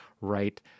right